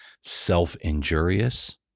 self-injurious